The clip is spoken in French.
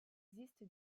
existe